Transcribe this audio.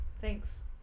thanks